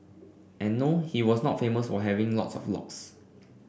and no he was not famous for having lots of locks